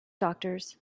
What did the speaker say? doctors